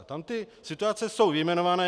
Tam ty situace jsou vyjmenované.